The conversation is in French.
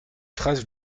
phrases